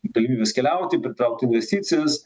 galimybės keliauti pritraukt investicijas